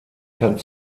kann